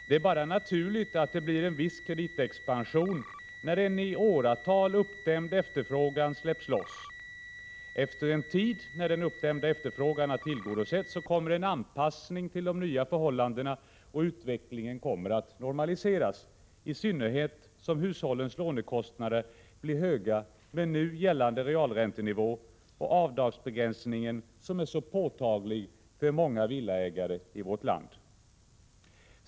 Det är bara naturligt att det blir en viss kreditexpansion, när en i åratal uppdämd efterfrågan släpps loss. Efter en tid, när den uppdämda efterfrågan har tillgodosetts, kommer en anpassning till de nya förhållandena och utvecklingen kommer att normaliseras, i synnerhet som hushållens lånekostnader blir höga med nu gällande realräntenivå och avdragsbegränsningen, som är så påtaglig för många villaägare i vårt land.